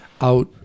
out